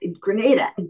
Grenada